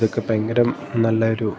ഇതൊക്കെ ഭയങ്കരം നല്ല ഒരു